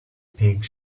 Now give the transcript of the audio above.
pink